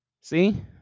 See